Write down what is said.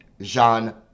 Jean